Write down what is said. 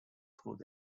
through